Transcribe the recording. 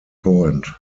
point